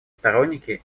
сторонники